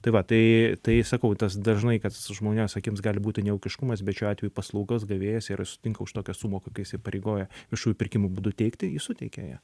tai va tai tai sakau tas dažnai kad žmonėms akims gali būti neūkiškumas bet šiuo atveju paslaugos gavėjas yra sutinka už tokią sumą kokia įsipareigoja viešųjų pirkimų būdu teikti jis suteikia ją